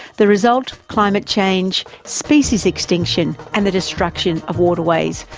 the result climate change, species extinction, and the destruction of water ways,